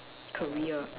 career